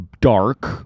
dark